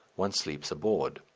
one sleeps aboard.